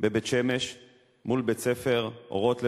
בבית-שמש מול בית-הספר "אורות בנות"